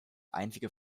einzige